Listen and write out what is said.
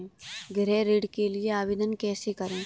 गृह ऋण के लिए आवेदन कैसे करें?